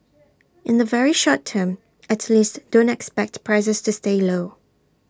in the very short term at least don't expect prices to stay low